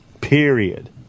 Period